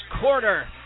quarter